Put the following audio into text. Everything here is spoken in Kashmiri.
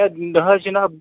ہَے نہَ حظ جِناب